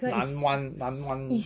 南湾南湾